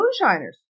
moonshiners